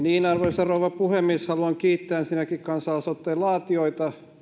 rouva puhemies haluan kiittää ensinnäkin kansalaisaloitteen laatijoita